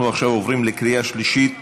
אנחנו עכשיו עוברים לקריאה שלישית,